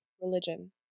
Religion